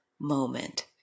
moment